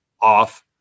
Off